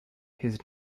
his